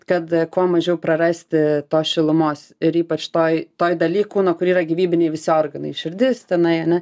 kad kuo mažiau prarasti tos šilumos ir ypač toj toj daly kūno kur yra gyvybiniai visi organai širdis tenai ane